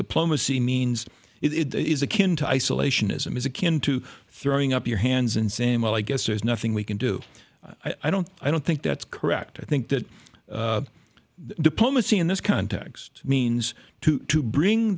diplomacy means it is akin to isolationism is akin to throwing up your hands and saying well i guess there's nothing we can do i don't i don't think that's correct i think that diplomacy in this context means to to bring